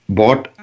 bought